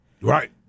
Right